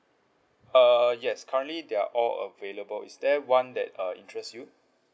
uh yes currently they are all available is there one that uh interest you